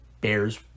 Bears